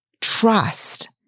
trust